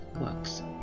works